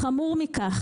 חמור מכך.